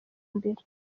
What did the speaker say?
imbere